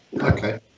Okay